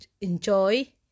enjoy